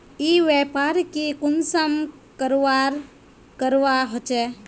ई व्यापार की कुंसम करवार करवा होचे?